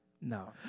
No